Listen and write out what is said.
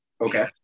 Okay